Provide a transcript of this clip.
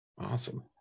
awesome